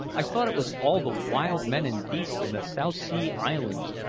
i thought it was all the wild men and beasts in the south sea islands,